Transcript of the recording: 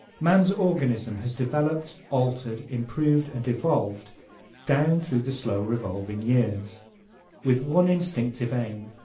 man's organism has developed, altered, improved and evolved down through the slow revolving years with one instinctive aim